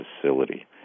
facility